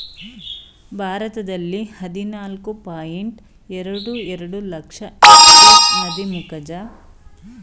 ಭಾರತದಲ್ಲಿ ಹದಿನಾಲ್ಕು ಪಾಯಿಂಟ್ ಎರಡು ಎರಡು ಲಕ್ಷ ಎಕ್ಟೇರ್ ನದಿ ಮುಖಜ ಮೀನುಗಾರಿಕೆಯನ್ನು ಹೊಂದಿದೆ